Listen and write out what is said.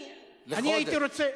לחודש.